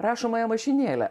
rašomąją mašinėlę